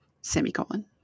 Semicolon